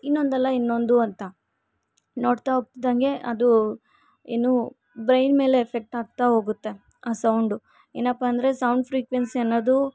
ಇನ್ನೊಂದಲ್ಲ ಇನ್ನೊಂದು ಅಂತ ನೋಡ್ತಾ ಹೋಗ್ತಿದಂಗೆ ಅದು ಏನು ಬ್ರೈನ್ ಮೇಲೆ ಎಫೆಕ್ಟಾಗ್ತಾ ಹೋಗುತ್ತೆ ಆ ಸೌಂಡು ಏನಪ್ಪ ಅಂದರೆ ಸೌಂಡ್ ಫ್ರಿಕ್ವೆನ್ಸಿ ಅನ್ನೋದು